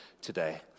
today